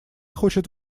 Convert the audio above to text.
хочет